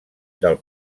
del